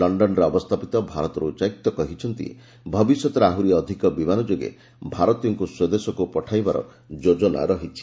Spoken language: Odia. ଲକ୍ଷନ୍ରେ ଅବସ୍ଥାପିତ ଭାରତ ଉଚ୍ଚାୟକ୍ତ କହିଛନ୍ତି ଭବିଷ୍ୟତରେ ଆହୁରି ଅଧିକ ବିମାନ ଯୋଗେ ଭାରତୀୟମାନଙ୍କୁ ସ୍ୱଦେଶକୁ ପଠାଯିବାର ଯୋଜନା ରହିଛି